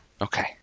Okay